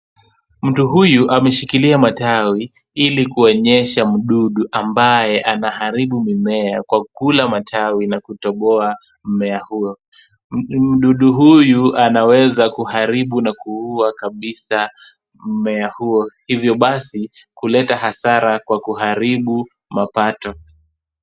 Mtu huyu ameshikilia matawi ili kuonyesha mdudu ambaye anaharibu mimea kwa kula matawi na kutoboa mmea huo. Mdudu huyu anaweza kuharibu na kuua kabisa mmea huo, hivyo basi kuleta hasara kwa kuharibu mapato.